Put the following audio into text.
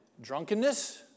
drunkenness